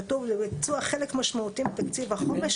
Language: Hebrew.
כתוב "לביצוע חלק משמעותי מתקציב החומש,